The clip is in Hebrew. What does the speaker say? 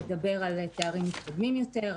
לדבר על תארים מתקדמים יותר,